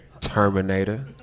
Terminator